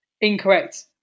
incorrect